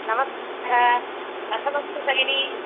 नमस्कारः कथमस्ति भगिनी